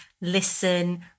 listen